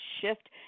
shift